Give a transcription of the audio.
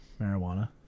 marijuana